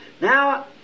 Now